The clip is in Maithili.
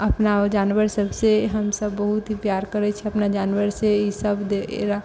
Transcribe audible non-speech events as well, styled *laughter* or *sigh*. अपना जानवर सभ से हम सभ बहुत ही प्यार करै छी अपना जानवर से ईसभ *unintelligible*